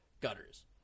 gutters